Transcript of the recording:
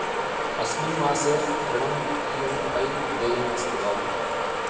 अस्मिन् मासे ऋणम् ई एम् ऐ देयम् अस्ति वा